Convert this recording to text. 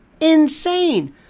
insane